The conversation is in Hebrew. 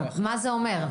מה זה אומר?